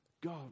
God